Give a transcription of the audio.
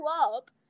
up